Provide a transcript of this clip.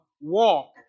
walk